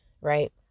right